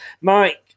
Mike